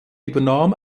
übernahm